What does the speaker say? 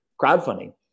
crowdfunding